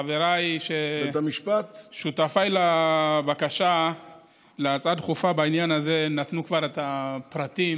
בית המשפט! שותפיי לבקשה להצעה הדחופה בעניין הזה נתנו כבר את הפרטים